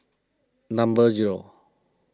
number zero